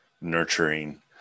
nurturing